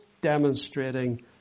demonstrating